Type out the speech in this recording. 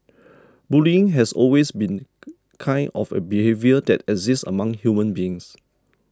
bullying has always been kind of a behaviour that exists among human beings